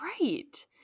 Right